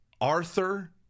Arthur